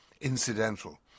incidental